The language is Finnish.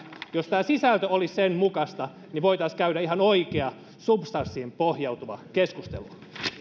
jos tämä sisältö olisi sen mukaista niin voitaisiin käydä ihan oikea substanssiin pohjautuva keskustelu